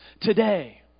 Today